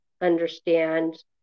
understand